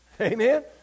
Amen